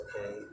okay